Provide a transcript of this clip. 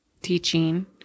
teaching